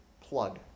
plug